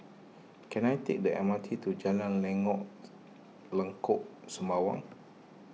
can I take the M R T to Jalan Lengkok Sembawang